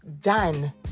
done